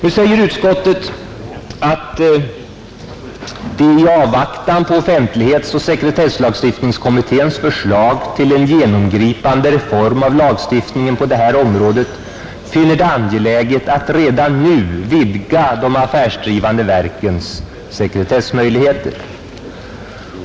Utskottet säger att man i avvaktan på offentlighetsoch sekretesslagstiftningskommitténs förslag till en genomgripande reform av lagstiftningen på detta område finner det angeläget att redan nu vidga de affärsdrivande verkens sekretessmöjligheter.